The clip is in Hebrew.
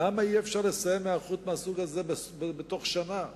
למה אי-אפשר לסיים היערכות מהסוג הזה בתוך שנה?